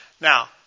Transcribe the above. Now